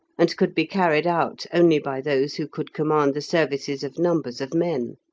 and could be carried out only by those who could command the services of numbers of men,